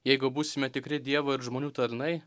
jeigu būsime tikri dievo ir žmonių tarnai